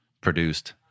produced